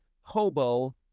hobo